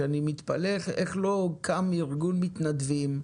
אני מתפלא איך לא קם ארגון מתנדבים,